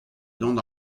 dont